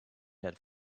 that